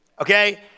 Okay